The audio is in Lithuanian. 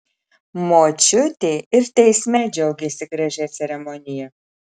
močiutė ir teisme džiaugėsi gražia ceremonija